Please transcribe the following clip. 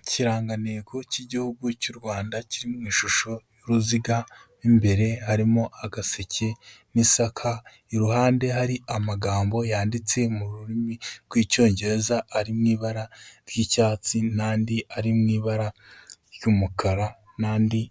Ikirangantego cy'Igihugu cy'u Rwanda kiri mu ishusho y'uruziga mo imbere harimo agaseke n'isaka, iruhande hari amagambo yanditse mu rurimi rw'icyongereza ari mu ibara ry'icyatsi, n'andi ari mu ibara ry'umukara, n'andi